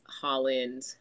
Holland